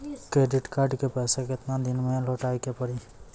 Credit card के पैसा केतना दिन मे लौटाए के पड़ी?